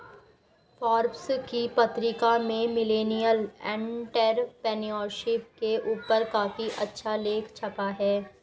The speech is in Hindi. फोर्ब्स की पत्रिका में मिलेनियल एंटेरप्रेन्योरशिप के ऊपर काफी अच्छा लेख छपा है